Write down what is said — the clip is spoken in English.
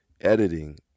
Editing